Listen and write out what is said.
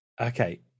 Okay